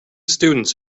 students